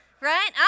Right